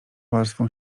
warstwą